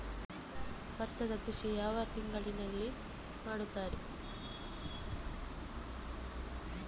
ಭತ್ತದ ಕೃಷಿ ಯಾವ ಯಾವ ತಿಂಗಳಿನಲ್ಲಿ ಮಾಡುತ್ತಾರೆ?